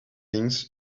things